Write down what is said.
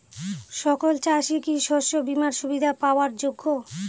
সকল চাষি কি শস্য বিমার সুবিধা পাওয়ার যোগ্য?